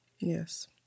Yes